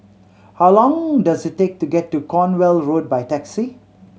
how long does it take to get to Cornwall Road by taxi